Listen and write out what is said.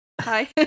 Hi